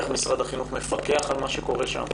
איך משרד החינוך מפקח על מה שקורה שם,